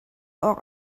awk